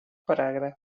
paràgraf